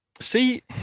See